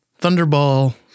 Thunderball